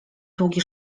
długi